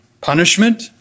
Punishment